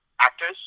actors